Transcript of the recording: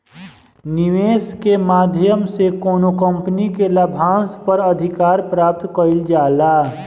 निवेस के माध्यम से कौनो कंपनी के लाभांस पर अधिकार प्राप्त कईल जाला